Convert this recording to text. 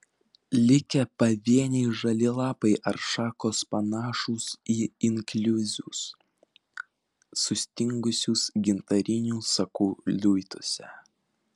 likę pavieniai žali lapai ar šakos panašūs į inkliuzus sustingusius gintarinių sakų luituose